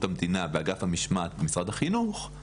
המדינה ואגף המשמעת במשרד החינוך ממשרד החינוך,